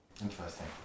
Interesting